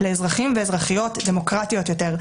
לאזרחים ואזרחיות דמוקרטיים יותר.